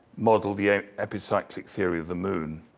model the ah epicyclic theory of the moon.